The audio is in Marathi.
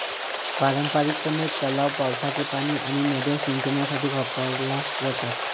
पारंपारिकपणे, तलाव, पावसाचे पाणी आणि नद्या सिंचनासाठी वापरल्या जातात